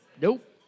Nope